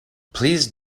please